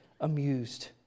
amused